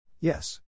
Yes